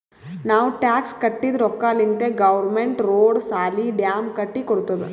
ನಾವ್ ಟ್ಯಾಕ್ಸ್ ಕಟ್ಟಿದ್ ರೊಕ್ಕಾಲಿಂತೆ ಗೌರ್ಮೆಂಟ್ ರೋಡ್, ಸಾಲಿ, ಡ್ಯಾಮ್ ಕಟ್ಟಿ ಕೊಡ್ತುದ್